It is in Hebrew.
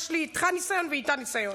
יש לי איתך ניסיון ואיתה ניסיון,